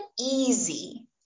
easy